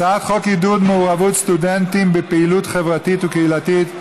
הצעת חוק עידוד מעורבות סטודנטים בפעילות חברתית וקהילתית,